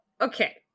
okay